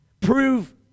Prove